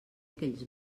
aquells